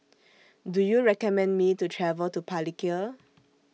Do YOU recommend Me to travel to Palikir